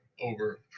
over